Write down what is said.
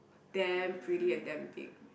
damn pretty and damn big